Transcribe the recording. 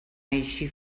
així